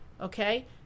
okay